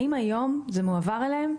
האם היום זה מועבר אליהם?